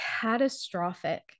catastrophic